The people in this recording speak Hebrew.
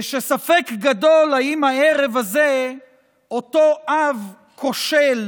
ושספק גדול אם הערב הזה אותו אב כושל